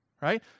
right